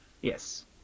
Yes